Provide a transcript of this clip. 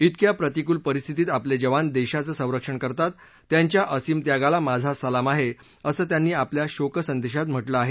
इतक्या प्रतिकूल परिस्थितीत आपले जवान देशाचं संरक्षण करतात त्यांच्या असीम त्यागाला माझा सलाम आहे असं त्यांनी आपल्या शोक संदेशात म्हटलं आहे